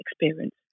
experience